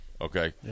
okay